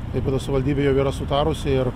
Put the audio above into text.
klaipėdos savivaldybė jau yra sutarusi ir